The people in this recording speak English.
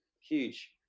huge